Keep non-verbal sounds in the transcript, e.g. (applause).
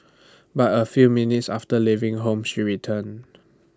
(noise) but A few minutes after leaving home she returned